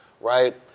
right